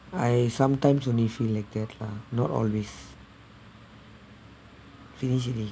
I sometimes only feel like that lah not always finish already